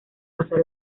pasar